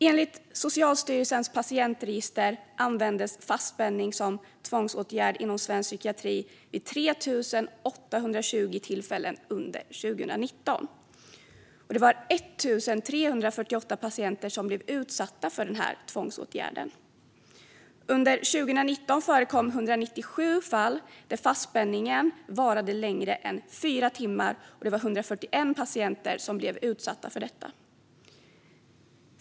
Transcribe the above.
Enligt Socialstyrelsens patientregister användes fastspänning som tvångsåtgärd inom svensk psykiatri vid 3 820 tillfällen under 2019, och det var 1 348 patienter som blev utsatta för den här tvångsåtgärden. Under 2019 förekom 197 fall där fastspänningen varade längre än fyra timmar, och det var 141 patienter som blev utsatta för detta.